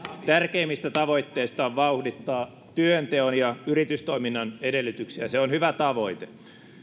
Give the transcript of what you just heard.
tärkeimmistä tavoitteista on vauhdittaa työnteon ja yritystoiminnan edellytyksiä se on hyvä tavoite